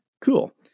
cool